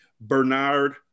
Bernard